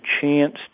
chance